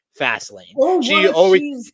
Fastlane